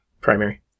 primary